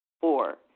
Four